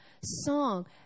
song